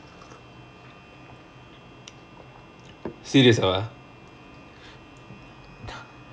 serious ஆவா:aavaa